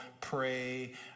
pray